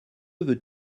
veux